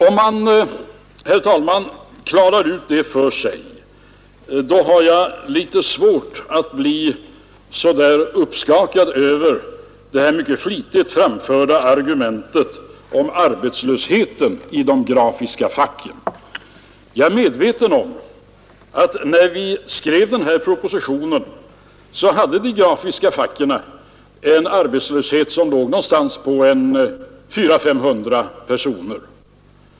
Om man, herr talman, klarar ut det här för sig, förstår man väl att jag har litet svårt att bli så där uppskakad av det mycket flitigt framförda argumentet om arbetslösheten i de grafiska facken på grund av annonsskatten. Jag är medveten om att när vi skrev den här propositionen hade de grafiska facken en arbetslöshet som låg någonstans på 400-500 personer.